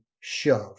shove